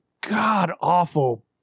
god-awful